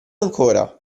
ancora